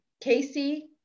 Casey